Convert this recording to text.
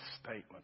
statement